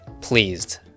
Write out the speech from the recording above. pleased